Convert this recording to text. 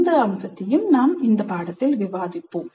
அந்த அம்சத்தையும் நாம் விவாதிப்போம்